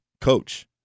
coach